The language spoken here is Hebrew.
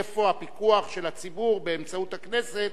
איפה הפיקוח של הציבור באמצעות הכנסת,